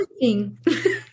interesting